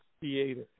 theater